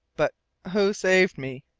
but who saved me?